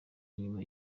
nyuma